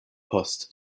post